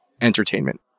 Entertainment